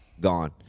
Gone